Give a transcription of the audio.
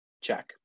Check